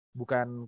bukan